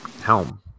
Helm